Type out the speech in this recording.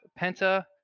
penta